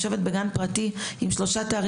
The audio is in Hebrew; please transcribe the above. כיושבת ראש הארגון פונות אליי גננות עם חום,